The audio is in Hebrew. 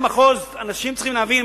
אנשים צריכים להבין,